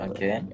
Okay